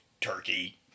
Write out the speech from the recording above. turkey